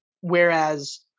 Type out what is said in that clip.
whereas